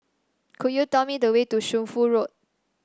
could you tell me the way to Shunfu Road